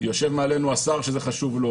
יושב מעלינו השר שזה חשוב לו,